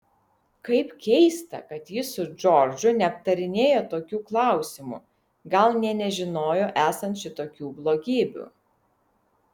kaip keista kad ji su džordžu neaptarinėjo tokių klausimų gal nė nežinojo esant šitokių blogybių